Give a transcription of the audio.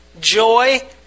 joy